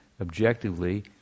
objectively